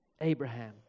Abraham